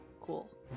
cool